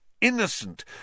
innocent